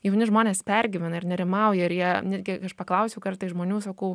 jauni žmonės pergyvena ir nerimauja ir jie netgi kai aš paklausiau kartais žmonių sakau